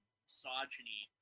misogyny